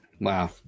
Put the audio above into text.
Wow